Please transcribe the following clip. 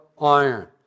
iron